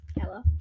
Hello